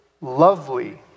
lovely